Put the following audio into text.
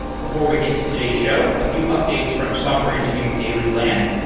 before we get to today's show, a few updates from software engineering daily land.